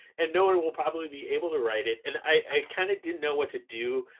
and no one will probably be able to ride it. and i kind of didn't know what to do.